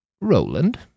Roland